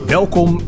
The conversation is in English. Welkom